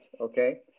okay